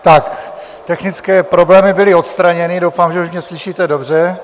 Tak technické problémy byly odstraněny, doufám, že už mě slyšíte dobře.